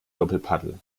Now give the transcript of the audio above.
doppelpaddel